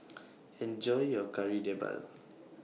Enjoy your Kari Debal